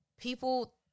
people